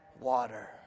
water